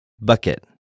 bucket